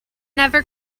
never